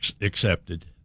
accepted